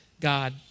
God